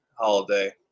holiday